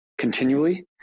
Continually